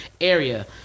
area